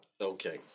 Okay